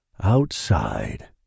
Outside